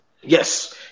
Yes